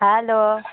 hello